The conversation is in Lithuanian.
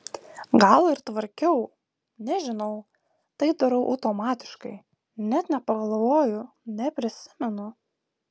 gal ir tvarkiau nežinau tai darau automatiškai net nepagalvoju neprisimenu